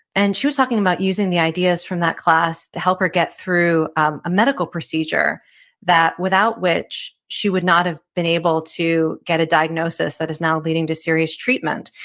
and she was talking about using the ideas from that class to help her get through um a medical procedure that without which, she would not have been able to get a diagnosis that is now leading to serious treatment.